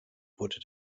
wurde